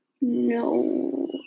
No